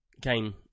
game